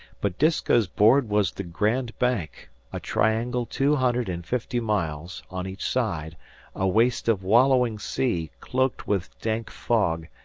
but disko's board was the grand bank a triangle two hundred and fifty miles on each side a waste of wallowing sea, cloaked with dank fog,